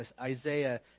Isaiah